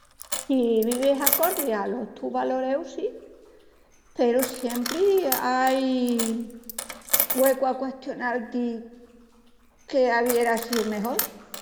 Si vivis acordi alos tus valoreus sí, peru siempri ai güecu a custional-ti qu'aviera síu mejol.